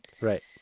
Right